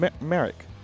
Merrick